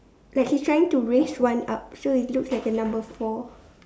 like he's trying to raise one up so he looks like a number four